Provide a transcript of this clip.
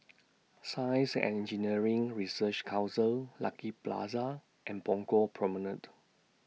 Science and Engineering Research Council Lucky Plaza and Punggol Promenade